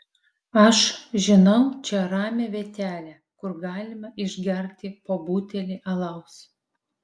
aš žinau čia ramią vietelę kur galima išgerti po butelį alaus